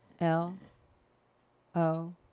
L-O